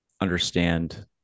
understand